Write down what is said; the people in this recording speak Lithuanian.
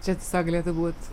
čia tiesiog galėtų būt